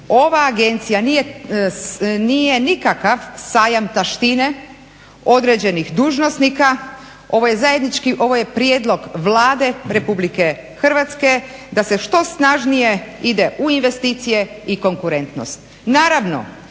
ova agencija nije nikakav sajam taštine određenih dužnosnika, ovo je prijedlog Vlade Republike Hrvatske da se što snažnije ide u investicije i konkurentnost.